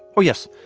oh, yes,